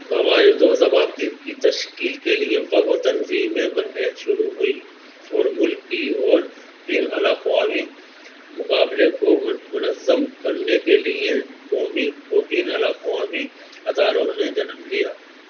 قواعد و ضوابط کی تشکیل کے لیے وگو تنظیمیں بننے شروع ہوئیں اور ملکی اور بین الاقوامی مقابلے کو منظم کرنے کے لیے قومی اور بین الاقوامی اداروں نے جنم لیا